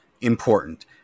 important